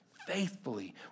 faithfully